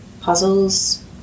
puzzles